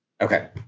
Okay